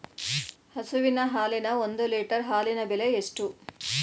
ಹಸುವಿನ ಹಾಲಿನ ಒಂದು ಲೀಟರ್ ಹಾಲಿನ ಬೆಲೆ ಎಷ್ಟು?